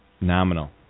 nominal